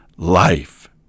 life